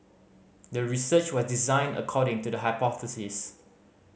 the research was designed according to the hypothesis